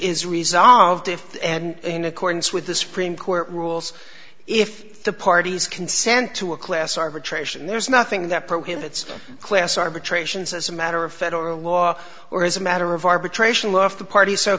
is resolved if and in accordance with the supreme court rules if the parties consent to a class arbitration there's nothing that prohibits class arbitrations as a matter of federal law or as a matter of arbitration love the part